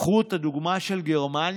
קחו את הדוגמה של גרמניה,